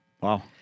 Wow